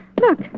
Look